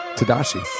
Tadashi